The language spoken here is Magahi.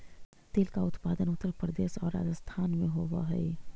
तिल का उत्पादन उत्तर प्रदेश और राजस्थान में होवअ हई